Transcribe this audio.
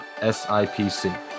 SIPC